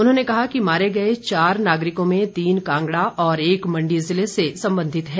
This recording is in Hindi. उन्होंने कहा कि मारे गए चार नागरिकों में तीन कांगड़ा और एक मंडी जिले से संबंधित हैं